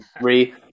three